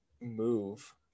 move